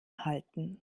halten